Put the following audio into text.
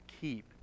keep